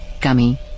gummy